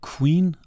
Queen